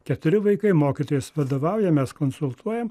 keturi vaikai mokytojas vadovauja mes konsultuojam